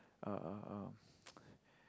uh uh uh